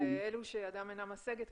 אלה שידם אינה משגת,